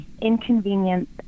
inconvenience